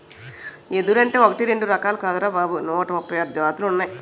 ఎదురంటే ఒకటీ రెండూ రకాలు కాదురా బాబూ నూట ముప్పై ఆరు జాతులున్నాయ్